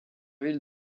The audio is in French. ville